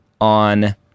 on